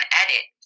edit